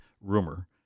rumor